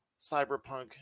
cyberpunk